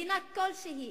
מדינה כלשהי,